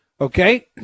Okay